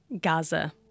Gaza